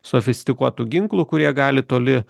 sofistikuotų ginklų kurie gali toli